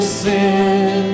sin